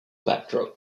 backdrop